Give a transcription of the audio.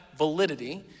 validity